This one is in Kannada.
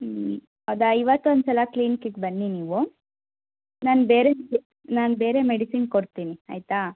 ಹ್ಞೂ ಹೌದಾ ಇವತ್ತೊಂದು ಸಲ ಕ್ಲಿನಿಕಿಗೆ ಬನ್ನಿ ನೀವು ನಾನು ಬೇರೆ ನಾನು ಬೇರೆ ಮೆಡಿಸಿನ್ ಕೊಡ್ತೀನಿ ಆಯಿತಾ